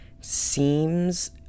seems